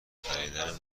خریدن